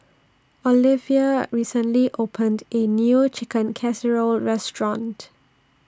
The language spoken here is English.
Oliva recently opened A New Chicken Casserole Restaurant